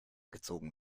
gezogen